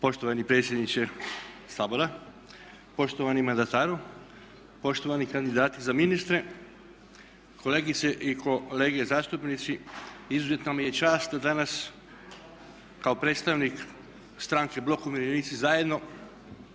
Poštovani predsjedniče Sabora, poštovani mandataru, poštovani kandidati za ministre, kolegice i kolege zastupnici izuzetna mi je čast danas kao predstavnik stranke Blok umirovljenici zajedno